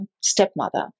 stepmother